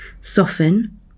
soften